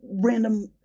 random